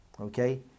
okay